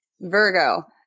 Virgo